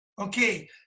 Okay